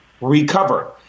recover